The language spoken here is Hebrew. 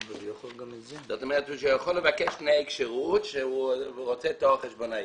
הוא יכול לבקש תנאי כשירות והוא רוצה תואר חשבונאי.